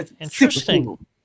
Interesting